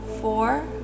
Four